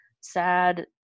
sad